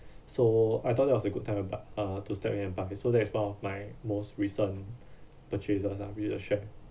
so I thought that was a good time uh to step in and buy so that is one of my most recent purchases ah with a share